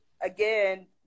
again